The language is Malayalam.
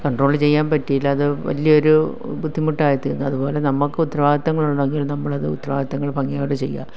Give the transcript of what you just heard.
കൺട്രോള് ചെയ്യാൻ പറ്റിയില്ല അത് വലിയൊരു ബുദ്ധിമുട്ടായിത്തീർന്നു അതുപോലെ നമുക്ക് ഉത്തരവാദിത്തങ്ങൾ ഉണ്ടെങ്കിൽ നമ്മളത് ഉത്തരവാദിത്തങ്ങൾ ഭംഗിയോടെ ചെയ്യ